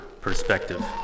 perspective